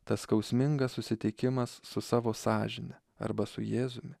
tas skausmingas susitikimas su savo sąžine arba su jėzumi